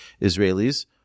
Israelis